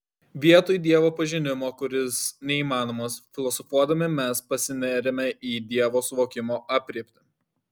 vietoj dievo pažinimo kuris neįmanomas filosofuodami mes pasineriame į dievo suvokimo aprėptį